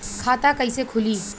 खाता कइसे खुली?